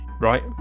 right